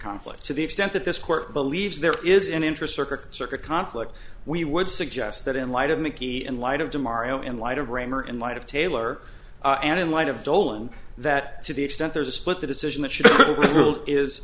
conflict to the extent that this court believes there is an interest circuit circuit conflict we would suggest that in light of mickey in light of tomorrow in light of reimer in light of taylor and in light of dolan that to the extent there is a split the decision that she is